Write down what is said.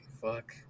Fuck